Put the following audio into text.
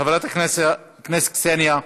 חברת הכנסת קסניה,